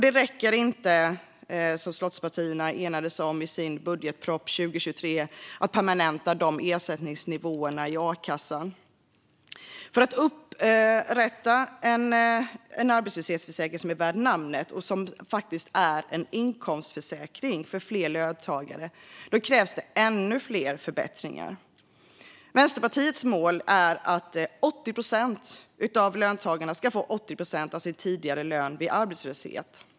Det räcker inte heller med att, som slottspartierna enades om i sin budgetproposition för 2023, permanenta de ersättningsnivåerna i a-kassan. För att återupprätta en arbetslöshetsförsäkring som är värd namnet och som faktiskt är en inkomstförsäkring för fler löntagare krävs ännu fler förbättringar. Vänsterpartiets mål är att 80 procent av löntagarna ska få 80 procent av sin tidigare lön vid arbetslöshet.